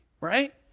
right